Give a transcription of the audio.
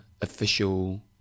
official